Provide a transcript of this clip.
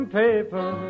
paper